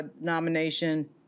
nomination